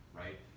right